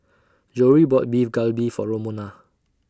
Jory bought Beef Galbi For Romona